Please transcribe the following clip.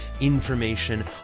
information